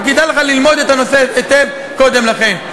כדאי לך ללמוד את הנושא היטב קודם לכן.